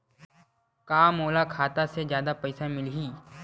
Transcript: का मोला खाता से जादा पईसा मिलही?